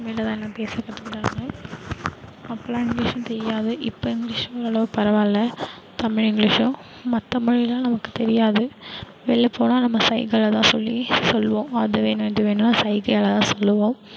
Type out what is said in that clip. தமிழில்தான் எல்லா பேச கற்றுக்குறாங்க அப்பெலாம் இங்கிலீஷும் தெரியாது இப்போ இங்கிலீஷ் ஓரளவு பரவாயில்ல தமிழ் இங்கிலீஷும் மற்ற மொழியெலாம் நமக்கு தெரியாது வெளில போனால் நம்ம சைகையில்தான் சொல்லி சொல்லுவோம் அது வேணும் இது வேணுன்னால் சைகையால்தான் சொல்லுவோம்